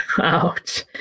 Ouch